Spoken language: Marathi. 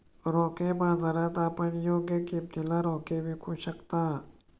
रोखे बाजारात आपण योग्य किमतीला रोखे विकू शकता